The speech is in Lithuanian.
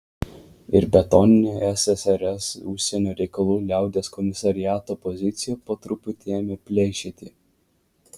ir betoninė ssrs užsienio reikalų liaudies komisariato pozicija po truputį ėmė pleišėti